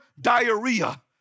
diarrhea